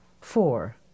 Four